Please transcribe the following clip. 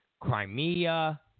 Crimea